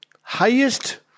highest